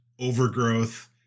Overgrowth